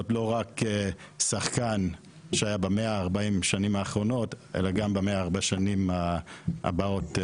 לא רק שחקן שהיה ב-140 שנים האחרונות אלא גם ב-140 שנים הבאות,